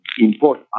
import